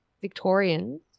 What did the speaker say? Victorians